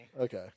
Okay